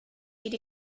wedi